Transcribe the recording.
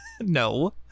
No